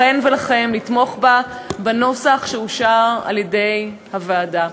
לכן ולכם לתמוך בה בנוסח שאושר על-ידי הוועדה.